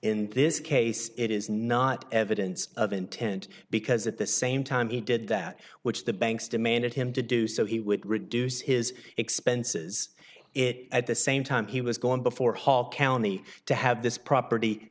in this case it is not evidence of intent because at the same time he did that which the banks demanded him to do so he would reduce his expenses it at the same time he was going before hall county to have this property